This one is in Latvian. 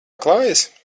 klājas